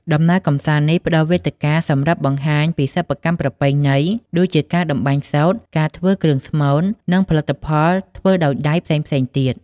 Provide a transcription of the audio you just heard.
ដំណើរកម្សាន្តនេះផ្តល់វេទិកាសម្រាប់បង្ហាញពីសិប្បកម្មប្រពៃណី ដូចជាការតម្បាញសូត្រ ការធ្វើគ្រឿងស្មូន និងផលិតផលធ្វើដោយដៃផ្សេងៗទៀត។